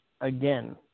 again